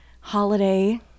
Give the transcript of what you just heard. holiday